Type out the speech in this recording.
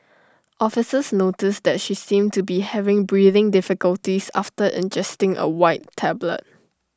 officers noticed that she seemed to be having breathing difficulties after ingesting A white tablet